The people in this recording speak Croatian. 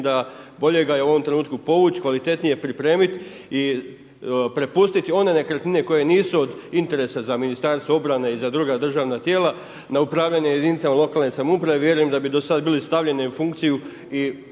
da bolje ga je u ovom trenutku povuć, kvalitetnije pripremit i prepustiti one nekretnine koje nisu od interesa za Ministarstvo obrane i za druga državna tijela na upravljanje jedinica lokalne samouprave i vjerujem da bi do sada bili stavljene u funkciju i